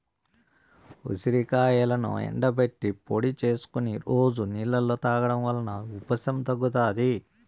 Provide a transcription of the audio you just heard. ఉసిరికాయలను ఎండబెట్టి పొడి చేసుకొని రోజు నీళ్ళలో తాగడం వలన ఉబ్బసం తగ్గుతాది